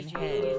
head